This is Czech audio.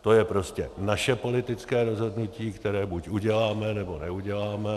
To je prostě naše politické rozhodnutí, které buď uděláme, nebo neuděláme.